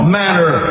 manner